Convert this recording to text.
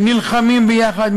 נלחמים יחד,